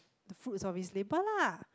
the foods of his labour lah